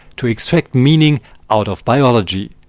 to extract meaning out of biology.